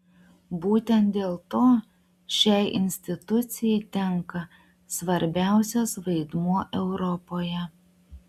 būtent dėl to šiai institucijai tenka svarbiausias vaidmuo europoje